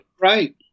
Right